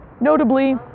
Notably